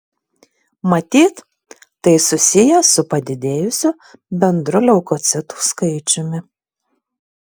matyt tai susiję su padidėjusiu bendru leukocitų skaičiumi